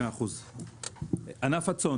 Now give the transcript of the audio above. ענף הצאן